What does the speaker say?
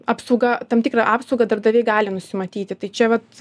apsauga tam tikrą apsaugą darbdaviai gali nusimatyti tai čia vat